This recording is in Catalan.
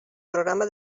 programa